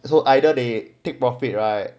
so either they take profit right